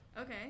okay